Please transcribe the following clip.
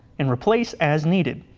and replace as needed.